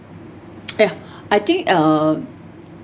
eh I think uh